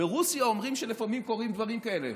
אומרים שברוסיה לפעמים קורים דברים כאלה,